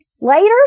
Later